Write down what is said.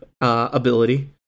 ability